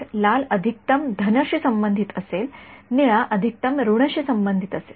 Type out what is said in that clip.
तर लाल अधिकतम धनशी संबंधित असेल निळा अधिकतम ऋणशी संबंधित असेल